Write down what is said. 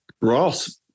Ross